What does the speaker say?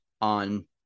on